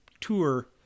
tour